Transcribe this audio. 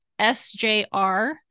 SJR